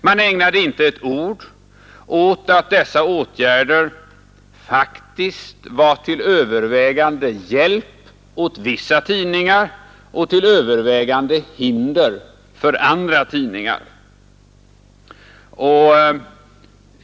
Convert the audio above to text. Man ägnade inte ett ord åt att dessa åtgärder faktiskt var till övervägande hjälp åt vissa tidningar och till övervägande hinder för andra tidningar.